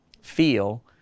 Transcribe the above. feel